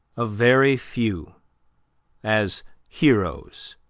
a very few as heroes,